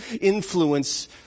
influence